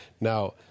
Now